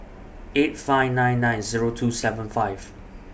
eight five nine nine Zero two seven five